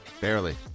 barely